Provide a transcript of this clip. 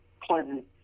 Clinton